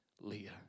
Leah